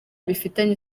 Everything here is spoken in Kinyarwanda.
bifitanye